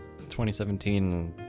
2017